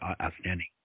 outstanding